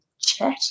chat